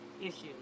issues